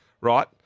Right